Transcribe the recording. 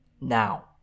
now